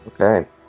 okay